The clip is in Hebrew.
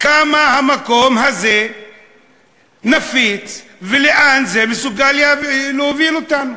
כמה המקום הזה נפיץ ולאן זה מסוגל להוביל אותנו.